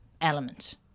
element